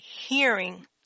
hearing